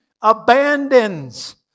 Abandons